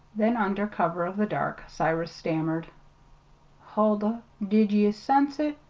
then, under cover of the dark, cyrus stammered huldah, did ye sense it?